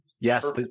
Yes